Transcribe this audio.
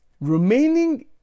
remaining